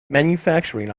manufacturing